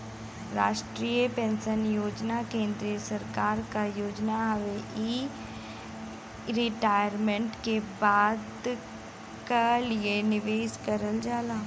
राष्ट्रीय पेंशन योजना केंद्रीय सरकार क योजना हउवे इ रिटायरमेंट के बाद क लिए निवेश करल जाला